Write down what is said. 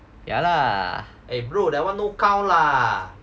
ya lah eh bro that one no count lah